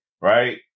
right